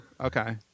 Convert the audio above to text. Okay